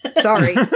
Sorry